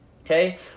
Okay